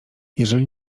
jeżeli